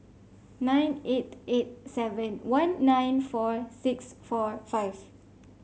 nine eight eight seven one nine four six four five